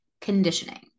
conditioning